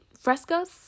frescoes